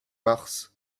mars